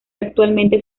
actualmente